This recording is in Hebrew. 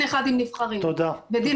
אחד עם נבחרים ודין אחר --- תודה רבה.